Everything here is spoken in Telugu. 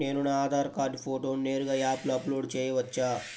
నేను నా ఆధార్ కార్డ్ ఫోటోను నేరుగా యాప్లో అప్లోడ్ చేయవచ్చా?